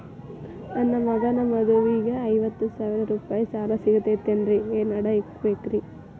ನನ್ನ ಮಗನ ಮದುವಿಗೆ ಐವತ್ತು ಸಾವಿರ ರೂಪಾಯಿ ಸಾಲ ಸಿಗತೈತೇನ್ರೇ ಏನ್ ಅಡ ಇಡಬೇಕ್ರಿ?